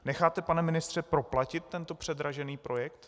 Necháte, pane ministře, proplatit tento předražený projekt?